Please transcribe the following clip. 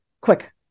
quick